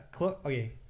okay